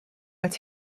als